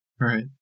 right